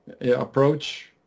approach